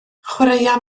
chwaraea